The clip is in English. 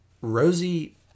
Rosie